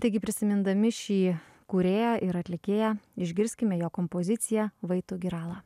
taigi prisimindami šį kūrėją ir atlikėją išgirskime jo kompoziciją vai tu girala